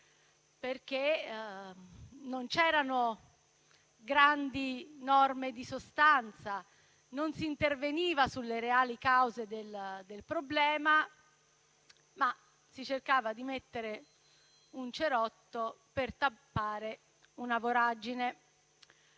perché non c'erano grandi norme di sostanza, non si interveniva sulle reali cause del problema, ma si cercava di mettere un cerotto per tappare una voragine.